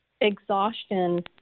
exhaustion